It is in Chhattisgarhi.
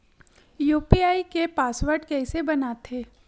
यू.पी.आई के पासवर्ड कइसे बनाथे?